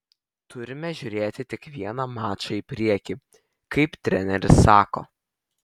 turime žiūrėti tik vieną mačą į priekį kaip treneris sako